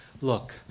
look